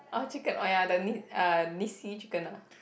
orh chicken oh ya the ni~ uh Nissin chicken ah